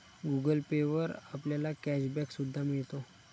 Google Pay वर आपल्याला cash back सुद्धा मिळतो